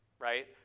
right